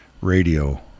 radio